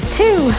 two